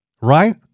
Right